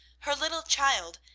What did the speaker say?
her little child,